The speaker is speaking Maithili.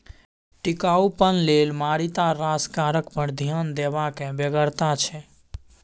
टिकाउपन लेल मारिते रास कारक पर ध्यान देबाक बेगरता छै